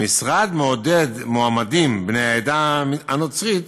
המשרד מעודד מועמדים בני העדה הנוצרית